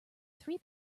three